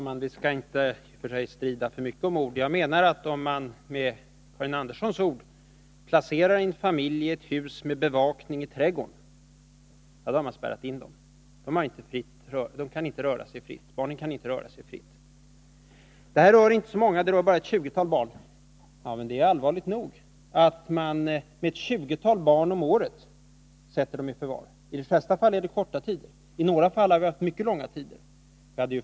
Herr talman! Vi skall inte strida för mycket om ord. Jag menar att om man —- för att använda Karin Anderssons ord — placerar en familj i ett hus med bevakning i trädgården, då har man spärrat in den. Barnen och familjen i övrigt kan inte röra sig fritt. Detta rör bara ett tjugotal barn, säger Karin Andersson. Men det är allvarligt nog att man sätter ett tjugotal barn om året i förvar. I de flesta fall är det fråga om korta tider, medan det i en del fall varit mycket långa tider.